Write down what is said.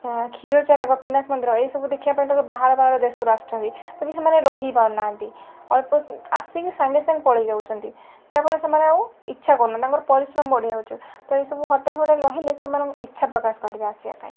ତ କ୍ଷୀରଚୋରା ଗୋପୀନାଥ ମନ୍ଦିର ଏଇସବୁ ଦେଖିବା ପାଇଁ ସବୁ ବାହାର ବାହାର ଦେଶରୁ ଆସୁଛନ୍ତି ବାକି ସେମାନେ ରହିପାରୁନାହାନ୍ତି ଅଳ୍ପ ଆସିକି ସାଙ୍ଗେ ସାଙ୍ଗେ ପଳାଇ ଯାଉଛନ୍ତି ଯାହାଫଳରେ ସେମାନେ ଆଉ ଇଚ୍ଛା କରୁନାହାନ୍ତି ତାଙ୍କର ପରିଶ୍ରମ ବଢ଼ିଯାଉଛି ତ ଏଇସବୁ ହୋଟେଲ ଫୋଟେଲ ରହିଲେ ସେମାନେ ଇଚ୍ଛା ପ୍ରକାଶ କରିବେ ଆସିବା ପାଇଁ